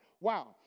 Wow